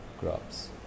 crops